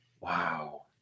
Wow